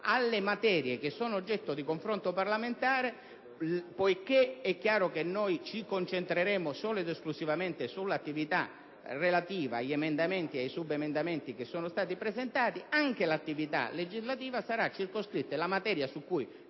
alle materie che sono oggetto di confronto parlamentare, poiché è chiaro che ci concentreremo solo ed esclusivamente sull'attività relativa agli emendamenti e ai subemendamenti che sono stati presentati, anche l'attività legislativa sarà circoscritta e la materia su cui ci